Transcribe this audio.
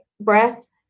breath